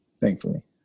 thankfully